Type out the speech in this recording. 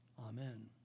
Amen